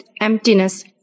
emptiness